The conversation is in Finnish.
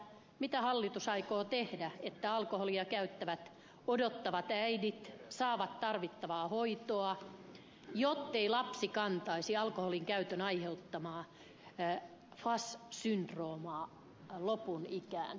mitä hallitus aikoo tehdä että alkoholia käyttävät odottavat äidit saavat tarvittavaa hoitoa jottei lapsi kantaisi alkoholin käytön aiheuttamaa fas syndroomaa lopun ikäänsä